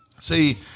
See